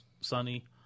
sunny